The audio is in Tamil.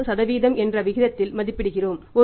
33 என்ற விகிதத்தில் மதிப்பிடுகிறோம்